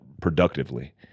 productively